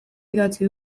idatzi